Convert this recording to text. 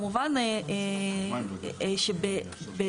המפעלים הקטנים לא יוכלו לעמוד --- זה האיזון.